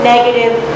negative